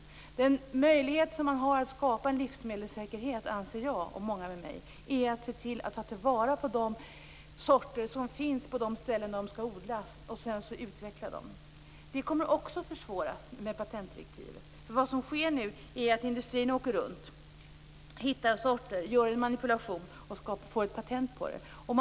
Jag och många med mig anser att den möjlighet man har att skapa en livsmedelssäkerhet är att ta till vara de sorter som finns på de ställen där de skall odlas, och sedan utveckla dem. Detta kommer också att försvåras i och med patentdirektivet. Vad som sker nu är att industrin åker runt och hittar sorter, gör en manipulation och får patent på det.